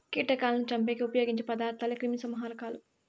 కీటకాలను చంపేకి ఉపయోగించే పదార్థాలే క్రిమిసంహారకాలు